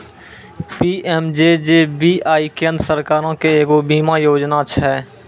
PMJJBY केन्द्र सरकारो के एगो बीमा योजना छै